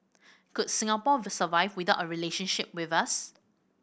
could Singapore survive without a relationship with us